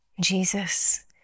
Jesus